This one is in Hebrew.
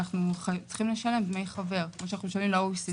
צריכים לשלם דמי חבר - כמו שמשלמים ל-OECD.